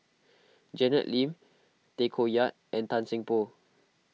Janet Lim Tay Koh Yat and Tan Seng Poh